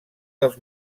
dels